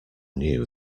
knew